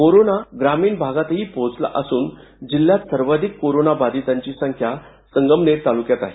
corona ग्रामीण भागातही पोहोचला असून जिल्ह्यात सर्वाधिक कोरोना बाधितांची संख्या संगमनेर तालुक्यात आहे